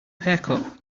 haircut